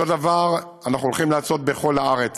אותו דבר אנחנו הולכים לעשות בכל הארץ.